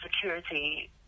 security